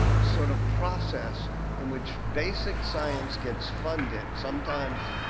sort of process in which basic science gets funded, sometimes